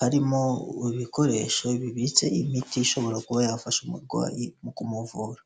harimo ibikoresho bibitse imiti ishobora kuba yafasha umurwayi mu kumuvura.